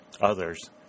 Others